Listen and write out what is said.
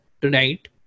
tonight